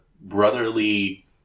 brotherly